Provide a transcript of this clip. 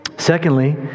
Secondly